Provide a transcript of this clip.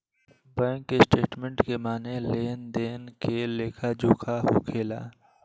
bank statement के माने लेन देन के लेखा जोखा होखेला